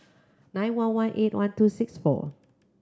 nine one one eight one two six four